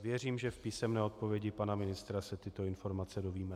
Věřím, že v písemné odpovědi pana ministra se tyto informace dozvíme.